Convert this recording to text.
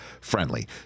friendly